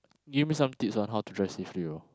give some tips on how to drive safely